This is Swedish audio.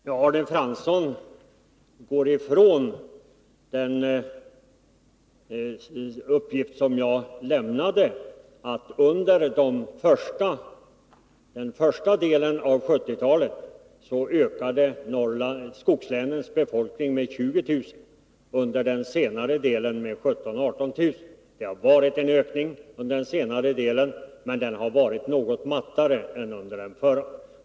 Herr talman! Arne Fransson går ifrån den uppgift som jag lämnade, att under den första delen av 1970-talet ökade skogslänens befolkning med 20 000 och under den senare delen med 17 000-18 000 personer. Det har varit en ökning under den senare delen, men den har varit något mattare än under den förra.